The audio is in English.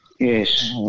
Yes